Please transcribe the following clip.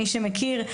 מי שמכיר.